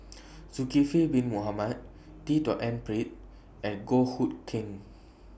Zulkifli Bin Mohamed D The N Pritt and Goh Hood Keng